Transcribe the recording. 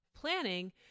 Planning